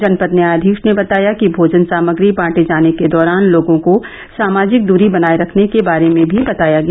जनपद न्यायादीश ने बताया कि भोजन सामग्री बांटे जाने के दौरान लोगों को सामाजिक दूरी बनाए रखने के बारे में भी बताया गया